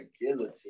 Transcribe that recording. guillotine